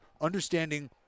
understanding